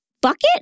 bucket